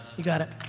you got it.